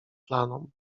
planom